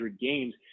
games